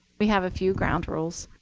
we have a few ground rules.